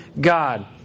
God